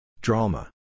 Drama